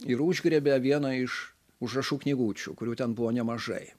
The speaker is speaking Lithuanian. ir užgriebė vieno iš užrašų knygučių kurių ten buvo nemažai